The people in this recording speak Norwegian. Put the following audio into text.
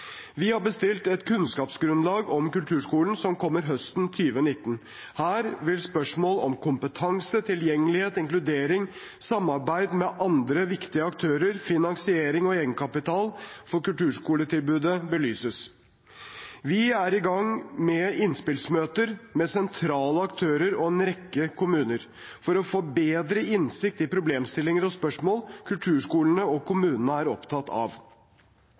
Vi har bestilt et kunnskapsgrunnlag om kulturskolen, som kommer høsten 2019. Her vil spørsmål om kompetanse, tilgjengelighet, inkludering, samarbeid med andre viktige aktører, finansiering og egenkapital for kulturskoletilbudet belyses. Vi er i gang med innspillsmøter med sentrale aktører og en rekke kommuner for å få bedre innsikt i problemstillinger og spørsmål kulturskolene og kommunene er opptatt av.